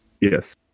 Yes